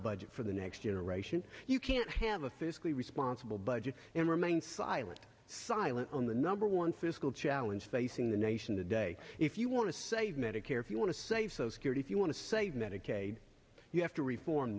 budget for the next generation you can't have a fiscally responsible budget and remain silent silent on the number one fiscal challenge facing the nation today if you want to save medicare if you want to save so security if you want to save medicaid you have to reform